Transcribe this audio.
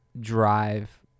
drive